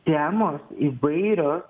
temos įvairios